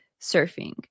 surfing